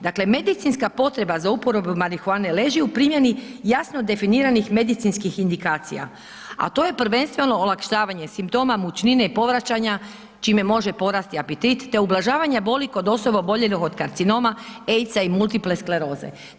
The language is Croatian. Dakle, medicinska potreba za uporabom marihuane leži u primjeni jasno definiranih medicinskih indikacija, a to je prvenstveno olakšavanje simptoma mučnine i povraćanja, čime može porasti apetit, te ublažavanja boli kod osoba oboljelih od karcinoma, AIDS-a i multiple skleroze.